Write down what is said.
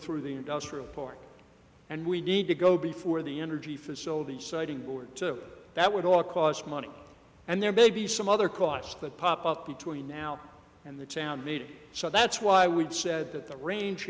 through the industrial port and we need to go before the energy facilities siting board to that would all cost money and there may be some other costs that pop up between now and the town meeting so that's why i would said that the range